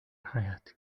حياتي